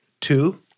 Two